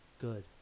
Good